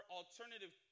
alternative